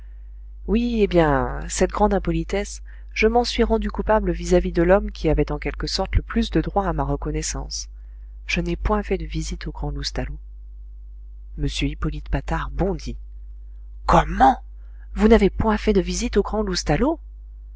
oui eh bien cette grande impolitesse je m'en suis rendu coupable vis-à-vis de l'homme qui avait en quelque sorte le plus de droit à ma reconnaissance je n'ai point fait de visite au grand loustalot m hippolyte patard bondit comment vous n'avez point fait de visite au grand